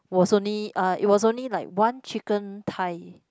was only uh it was only like one chicken thigh